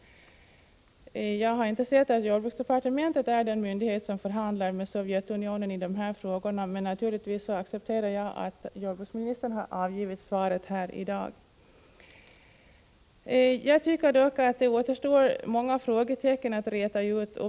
Jag har inte sett att jordbruksdepartementet är den myndighet som förhandlar med Sovjetunionen i de här frågorna, men naturligtvis accepterar jag att jordbruksministern avgivit svaret här i dag. Jag tycker dock att det återstår många frågetecken att räta ut.